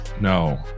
No